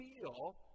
feel